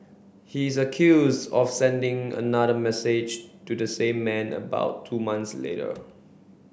he is accuse of sending another message to the same man about two months later